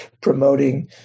promoting